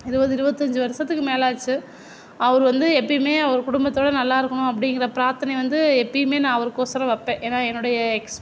இருபது இருபத்தி அஞ்சு வருஷத்துக்கு மேலே ஆச்சு அவரு வந்து எப்பவுமே அவரு குடும்பத்தோடு நல்லா இருக்கணும் அப்படிங்குற பிரார்த்தனை வந்து எப்பவுமே அவருகோசரம் வைப்பேன் ஏன்னால் என்னுடைய